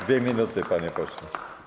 2 minuty, panie pośle.